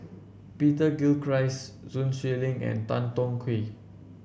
Peter Gilchrist Sun Xueling and Tan Tong Hye